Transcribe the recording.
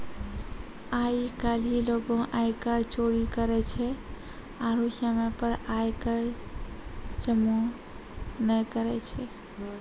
आइ काल्हि लोगें आयकर चोरी करै छै आरु समय पे आय कर जमो नै करै छै